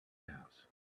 house